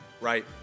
right